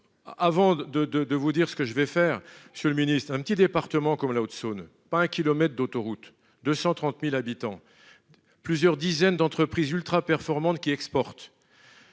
de de de vous dire ce que je vais faire sur le ministre. Un petit département comme la Haute-Saône pas un kilomètre d'autoroute de 130.000 habitants. Plusieurs dizaines d'entreprises ultra-performante qui exportent.